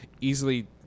easily